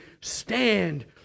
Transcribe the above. stand